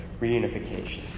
reunification